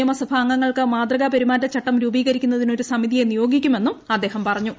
നിയമസഭാ അംഗങ്ങൾക്ക് മാതൃകാ പെരുമാറ്റചട്ടം രൂപീകരിക്കുന്നതിന് ഒരു സമിതിയെ നിയോഗിക്കുമെന്നും അദ്ദേഹം പറഞ്ഞു